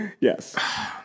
Yes